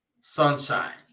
Sunshine